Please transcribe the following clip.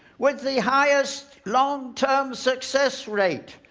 with the highest long-term success rate.